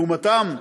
לעומתם,